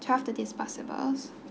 twelve thirty is possible